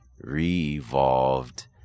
re-evolved